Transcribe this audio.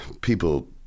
People